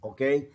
Okay